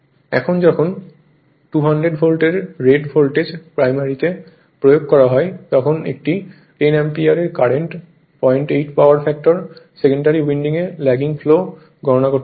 এখন যখন 200 ভোল্টের রেট ভোল্টেজ প্রাইমারিতে প্রয়োগ করা হয় তখন একটি 10 অ্যাম্পিয়ার এর কারেন্ট 08 পাওয়ার ফ্যাক্টরে সেকেন্ডারি উইন্ডিংয়ে ল্যাগিং ফ্লো গণনা করতে হবে